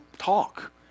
Talk